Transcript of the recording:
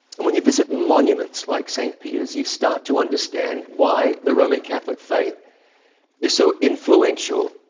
and when you visit monuments like st. peter's, you start to understand why the roman catholic faith is so influential,